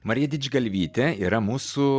marija didžgalvytė yra mūsų